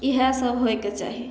इएहे सभ होइके चाही